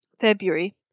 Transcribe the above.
February